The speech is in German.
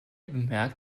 bemerkt